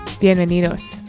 ¡Bienvenidos